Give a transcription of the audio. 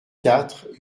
quatre